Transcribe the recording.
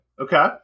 Okay